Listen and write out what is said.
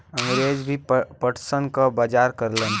अंगरेज भी पटसन क बजार करलन